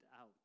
out